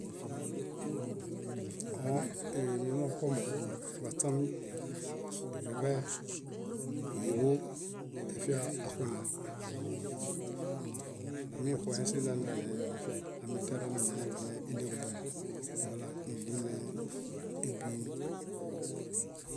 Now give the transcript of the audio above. Mimoṗomo baśam, eeḃe, hieḃo efia axunae amixue siźani źani eedianefiai amitiara miame eedineɭeġubuni wala íɭimebiimi.